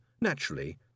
naturally